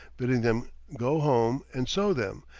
bidding them go home and sow them,